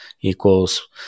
equals